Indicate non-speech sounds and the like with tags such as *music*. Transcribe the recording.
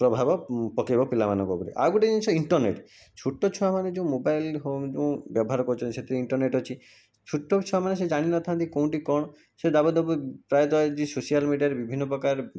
ପ୍ରଭାବ ପକେଇବ ପିଲାମାନଙ୍କ ଉପରେ ଆଉ ଗୋଟେ ଜିନିଷ ଇଣ୍ଟରନେଟ୍ ଛୋଟ ଛୁଆମାନେ ଯେଉଁ ମୋବାଇଲ୍ ହଉ ଯେଉଁ ବ୍ୟବହାର କରୁଛନ୍ତି ସେଥିରେ ଇଣ୍ଟରନେଟ୍ ଅଛି ଛୋଟ ଛୁଆମାନେ ସେ ଜାଣିନଥାନ୍ତି କେଉଁଠି କ'ଣ ସେ ଦେବାଦୁବି ପ୍ରାୟତଃ *unintelligible* ସୋସିଆଲ୍ ମିଡ଼ିଆରେ ବିଭିନ୍ନ ପ୍ରକାର